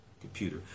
computer